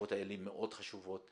הישיבות האלה מאוד חשובות.